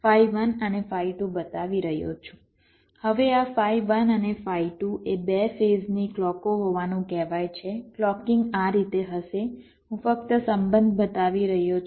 હવે આ ફાઇ 1 અને ફાઇ 2 એ બે ફેઝની ક્લૉકો હોવાનું કહેવાય છે ક્લૉકિંગ આ રીતે હશે હું ફક્ત સંબંધ બતાવી રહ્યો છું